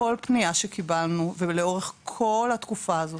כל פנייה שקיבלנו ולאורך כל התקופה הזאת